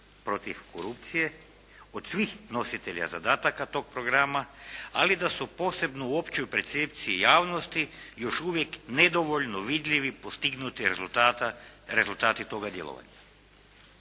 protiv korupcije od svih nositelja zadataka tog programa. Ali da su posebno u općoj percepciji javnosti još uvijek nedovoljno vidljivi postignuti rezultati toga djelovanja.